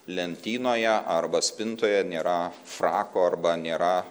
lentynoje arba spintoje nėra frako arba nėra